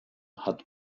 hat